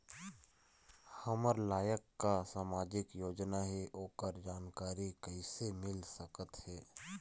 हमर लायक का का सामाजिक योजना हे, ओकर जानकारी कइसे मील सकत हे?